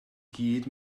gyd